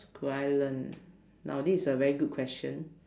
could I learn now this is a very good question